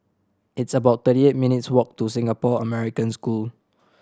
it's about thirty eight minutes' walk to Singapore American School